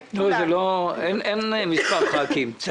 זה לא תלוי במספר חברי הכנסת שמבקשים.